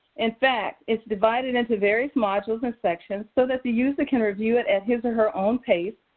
in fact, it's divided into various modules and sections, so that the user can review it at his or her own pace,